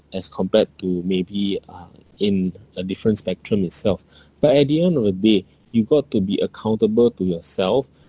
as compared to maybe uh in a different spectrum itself but at the end of the day you got to be accountable to yourself